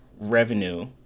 revenue